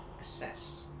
assess